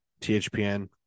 Thpn